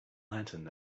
lantern